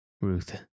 Ruth